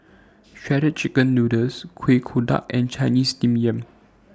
Shredded Chicken Noodles Kuih Kodok and Chinese Steamed Yam